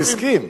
הוא הסכים.